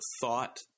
thought